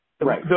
Right